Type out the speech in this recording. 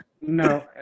No